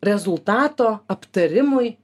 rezultato aptarimui